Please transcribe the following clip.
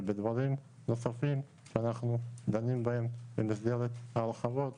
ובדברים נוספים שאנחנו דנים בהם במסגרת ההרחבות,